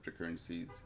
cryptocurrencies